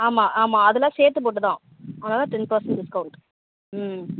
ஆமாம் ஆமாம் அதெலாம் சேர்த்து போட்டு தான் அதனால் டென் பர்சன்ட் டிஸ்கவுண்ட் ம்